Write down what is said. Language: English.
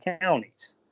counties